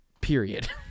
period